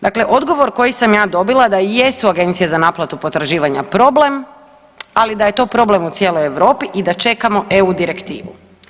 Dakle, odgovor koji sam ja dobila da jesu agencije za naplatu potraživanja problem, ali da je to problem u cijeloj Europi i da čekamo eu direktivu.